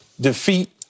defeat